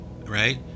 right